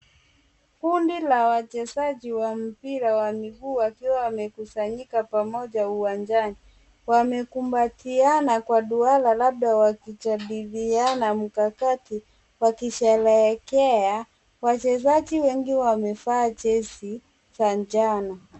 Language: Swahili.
Kundi la wachezaji wa mpira wa miguu wakiwa wamekusanyika pamoja uwanjani. Wamekumbatiana kwa duara labda wakijadiliana mkakati wakisherehekea. Wachezaji wengi wamevaa jezi za njano.